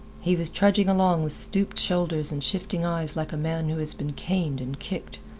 he was trudging along with stooped shoulders and shifting eyes like a man who has been caned and kicked.